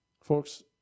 Folks